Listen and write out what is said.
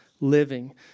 living